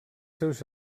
seus